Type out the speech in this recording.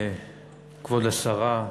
כבוד השרה,